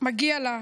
מגיע לה,